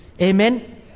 Amen